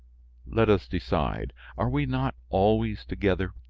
let us decide. are we not always together?